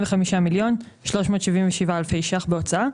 45 מיליון ו-377 אלפי ₪ בהוצאה,